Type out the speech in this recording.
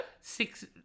Six